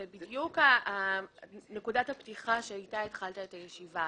זו בדיוק נקודת הפתיחה שאיתה התחלת את הישיבה.